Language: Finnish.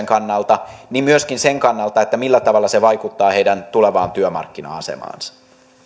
kannalta myöskin sen kannalta millä tavalla se vaikuttaa heidän tulevaan työmarkkina asemaansa